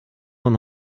man